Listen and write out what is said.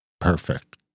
Perfect